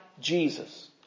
Jesus